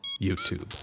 YouTube